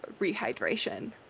rehydration